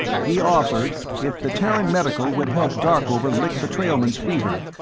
he offered, if the terran medical would help darkover lick the trailmen's fever,